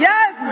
Yes